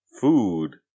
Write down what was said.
food